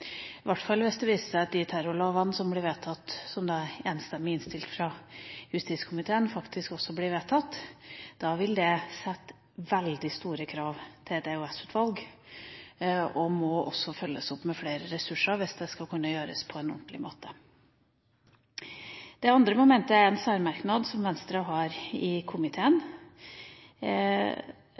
hvert fall hvis det viser seg at de terrorlovene som justiskomiteen enstemmig har innstilt til, faktisk blir vedtatt. Da vil det settes veldig store krav til et EOS-utvalg, og det må følges opp med flere ressurser hvis det skal kunne gjøres på en ordentlig måte. Det andre momentet er en særmerknad som Venstre har i